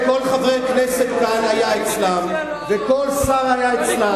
וכל חבר כנסת כאן היה אצלם וכל שר היה אצלם,